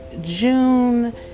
June